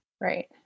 Right